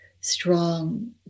strong